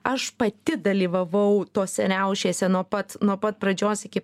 aš pati dalyvavau tose riaušėse nuo pat nuo pat pradžios iki